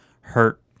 hurt